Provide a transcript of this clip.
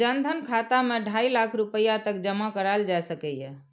जन धन खाता मे ढाइ लाख रुपैया तक जमा कराएल जा सकैए